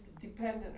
dependent